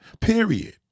period